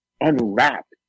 unwrapped